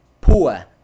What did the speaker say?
poor